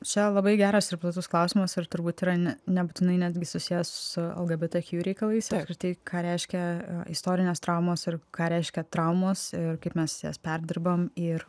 lgbtalga bet kju reikalais ir tai ką reiškia istorinės traumos ir ką reiškia traumos ir kaip mes jas perdirbam ir